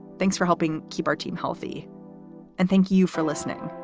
thanks for helping keep our team healthy and thank you for listening.